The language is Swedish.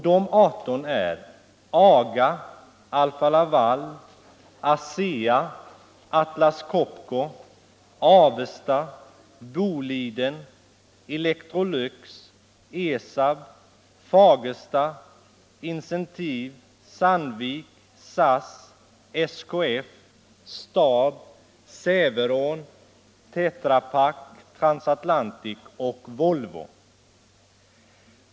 De 18 är: AGA, Alfa-Laval, ASEA, Atlas-Copco, Avesta, Boliden, Electrolux, ESAB, Fagersta, Incentive, Sandvik, SAS, SKF, STAB, Säfveån, Tetra Pak, Transatlantic och Volvo.